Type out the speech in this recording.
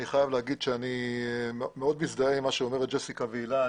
אני מאוד מזדהה עם מה שאומרות ג'סיקה והילה.